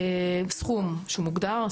סכום שמוגדר.